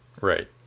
Right